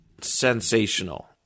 sensational